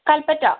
Kalpetta